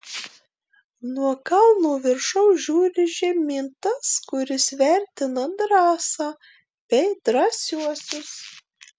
nuo kalno viršaus žiūri žemyn tas kuris vertina drąsą bei drąsiuosius